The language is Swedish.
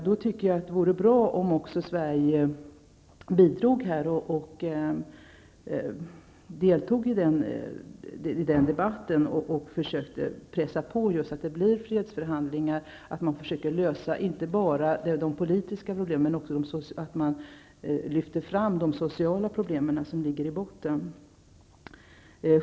Det vore bra om också Sverige deltog i en sådan debatt och pressade på så att det blir fredsförhandlingar där man inte bara försöker lösa de politiska problemen utan också lyfter fram de sociala problem som ligger i botten.